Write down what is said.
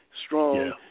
Strong